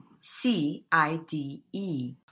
C-I-D-E